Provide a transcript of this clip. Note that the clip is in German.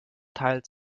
teilt